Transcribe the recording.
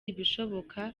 ibishoboka